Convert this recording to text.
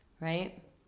right